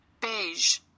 Beige